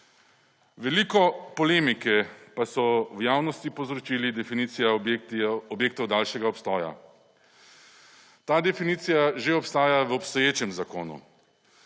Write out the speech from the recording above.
Veliko polemike pa so v javnosti povzročili definicija objektov daljšega obstoja. Ta definicija že obstaja v obstoječem zakonu.